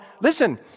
listen